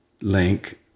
link